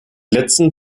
letzten